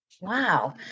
Wow